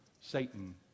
Satan